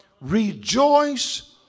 rejoice